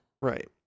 Right